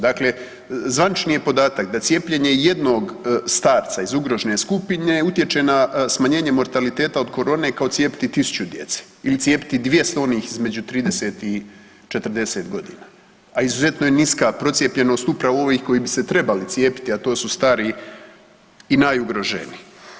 Dakle, zvanični je podatak da cijepljenje jednog starca iz ugrožene skupine utječe na smanjenje mortaliteta od korone kao cijepiti tisuću djece ili cijepiti onih između 30 i 40 godina, a izuzetno je niska procijepljenost upravo ovih koji bi se trebali cijepiti, a to su stari i najugroženiji.